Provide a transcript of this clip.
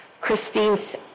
Christine's